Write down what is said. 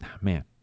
Man